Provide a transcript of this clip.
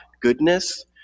goodness